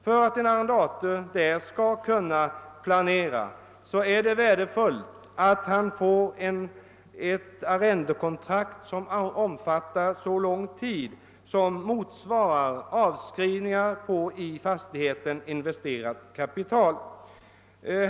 För att arrendatorn skall kunna planera är det värdefullt att han får ett arrendekontrakt som omfattar så lång tid som motsvarar avskrivningarna på i fastigheten investerat kapital.